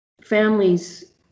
families